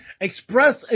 express